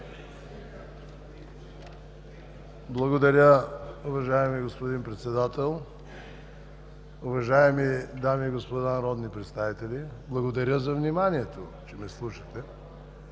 Благодаря, уважаеми господин Председател. Уважаеми дами и господа народни представители, благодаря за вниманието, че ме слушате!